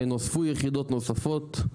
ונוספו יחידות נוספות,